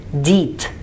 deed